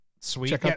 sweet